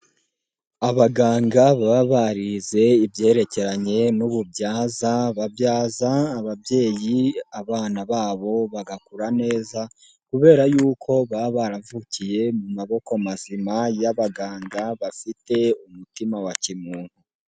Abaganga baba barize ibyerekeranye n'ububyaza babyaza ababyeyi abana babo bagakura neza, kubera yuko baba baravukiye mu maboko mazima y'abaganga bafite umutima wa kimuntu.